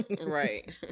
Right